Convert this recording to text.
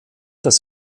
das